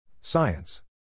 Science